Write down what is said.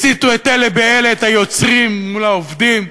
הסיתו אלה באלה, את היוצרים מול העובדים.